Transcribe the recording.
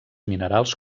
minerals